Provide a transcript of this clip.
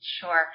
Sure